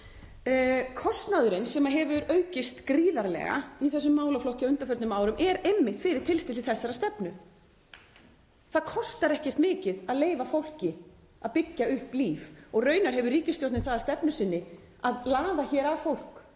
Kostnaðurinn sem hefur aukist gríðarlega í þessum málaflokki á undanförnum árum er einmitt fyrir tilstilli þessarar stefnu. Það kostar ekkert mikið að leyfa fólki að byggja upp líf og raunar hefur ríkisstjórnin það að stefnu sinni að laða hér að fólk